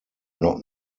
not